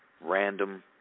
random